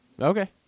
Okay